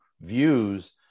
views